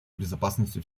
безопасностью